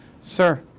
Sir